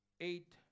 eight